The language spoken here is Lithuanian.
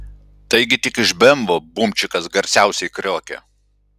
taigi tik iš bemvo bumčikas garsiausiai kriokia